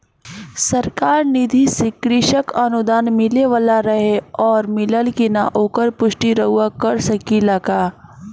सरकार निधि से कृषक अनुदान मिले वाला रहे और मिलल कि ना ओकर पुष्टि रउवा कर सकी ला का?